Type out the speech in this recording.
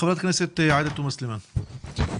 חברת הכנסת עאידה תומא סלימאן, בבקשה.